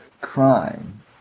crime